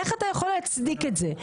איך אתה יכול להצדיק את זה,